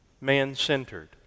man-centered